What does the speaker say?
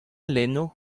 lenno